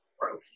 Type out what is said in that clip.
growth